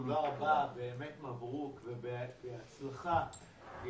באמת מברוק ובהצלחה.